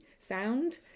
sound